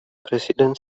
president